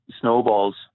snowballs